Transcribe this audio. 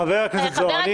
חבר הכנסת זוהר,